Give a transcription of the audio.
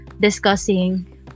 discussing